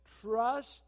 Trust